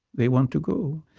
they want to go.